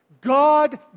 God